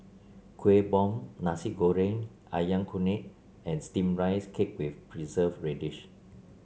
Kueh Bom Nasi Goreng ayam kunyit and steamed Rice Cake with Preserved Radish